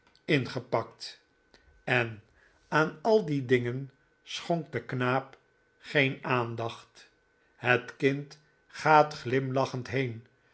ingepakt en aan al die dingen schonk de knaap geen aandacht het kind gaat glimlachend heen